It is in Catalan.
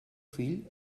fill